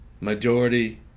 Majority